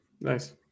Nice